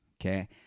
okay